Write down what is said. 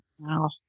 Wow